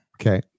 Okay